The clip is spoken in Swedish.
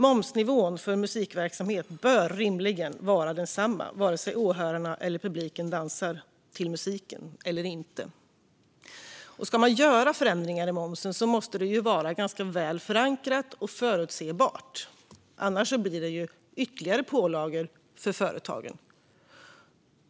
Momsnivån för musikverksamhet bör rimligen vara densamma oavsett om åhörarna eller publiken dansar till musiken eller inte. Och ska man göra förändringar i momsen måste det vara ganska väl förankrat och förutsägbart. Annars blir det ytterligare pålagor för företagen.